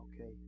Okay